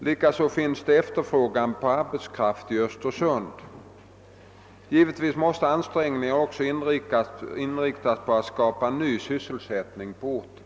Likaså finns det efterfrågan på arbetskraft i Östersund. Givetvis måste ansträngningarna också inriktas på att skapa ny sysselsättning på orten.